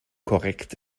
korrekt